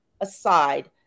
aside